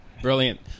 Brilliant